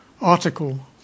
article